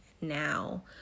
now